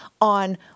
on